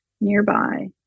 nearby